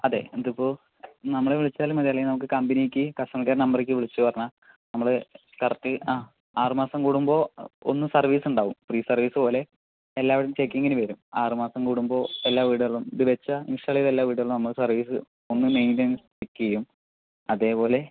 അതെ ഇതിപ്പോൾ നമ്മളെ വിളിച്ചാലും മതി അല്ലേ കമ്പനിക്ക് കസ്റ്റമർ കെയർ നമ്പർക്ക് വിളിച്ചു പറഞ്ഞാൽ നമ്മള് കറക്റ്റ് ആ ആറ് മാസം കൂടുമ്പോ ഒന്ന് സർവീസ് ഉണ്ടാവും ഫ്രീ സർവീസ് പോലെ എല്ലാവരുടേയും ചെക്കിങ്ങിന് വരും ആറ് മാസം കൂടുമ്പോൾ എല്ലാ വീടുകളിലും ഇത് വെച്ചാൽ ഇൻസ്റ്റാൾ ചെയ്ത എല്ലാ വീടുകളിലും നമ്മൾ സർവീസ് ഒന്ന് മൈൻ്റനൻസ് ചെക്ക് ചെയ്യും അതെ പോലെ